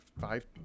five